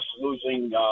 losing